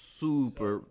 super